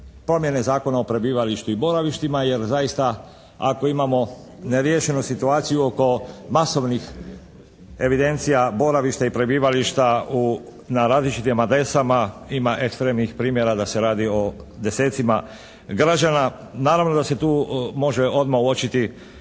promjene Zakona o prebivalištu i boravištu jer zaista ako imamo neriješenu situaciju oko masovnih evidencija boravišta i prebivališta na različitim adresama, ima ekstremnih primjera da se radi o desetcima građana. Naravno da se tu može odmah uočiti